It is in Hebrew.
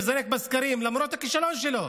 מזנק בסקרים למרות הכישלון שלו.